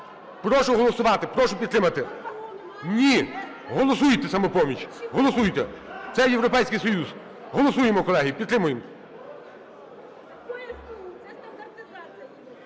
Прошу голосувати, прошу підтримати. Ні, голосуйте, "Самопоміч", голосуйте, це Європейський Союз. Голосуємо, колеги, підтримуємо.